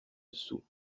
dessous